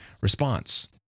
response